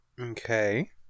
okay